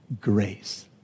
grace